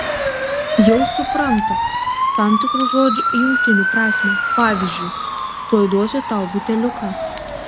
jau supranta tam tikrų žodžių jungtinių prasmę pavyzdžiui tuoj duosiu tau buteliuką